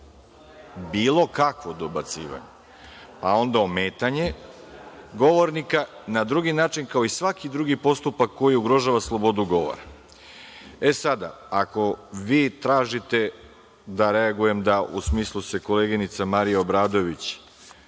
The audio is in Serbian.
bilo kakvo dobacivanje, pa onda ometanje govornika na drugi način kao i svaki drugi postupak koji ugrožava slobodu govora.E, sada ako vi tražite da reagujem da u smislu se koleginica Marija Obradović